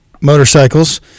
motorcycles